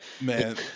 Man